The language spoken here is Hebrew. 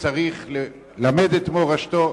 צריך ללמד את מורשתו,